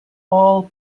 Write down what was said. all